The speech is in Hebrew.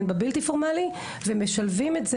הן בבלתי-פורמלי ומשלבים את זה,